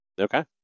Okay